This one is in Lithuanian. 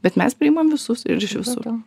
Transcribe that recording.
bet mes priimam visus iš visur